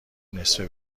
نصفه